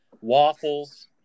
waffles